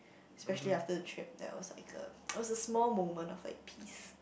especially after the trip there was like a it was a small moment of like peace